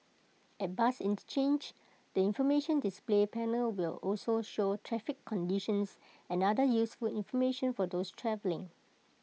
at bus interchanges the information display panel will also show traffic conditions and other useful information for those travelling